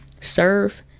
serve